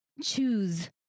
choose